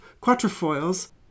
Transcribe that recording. quatrefoils